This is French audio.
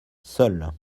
seul